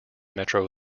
metro